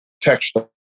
textile